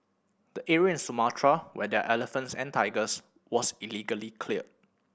the area in Sumatra where there are elephants and tigers was illegally cleared